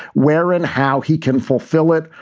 where and how he can fulfill it.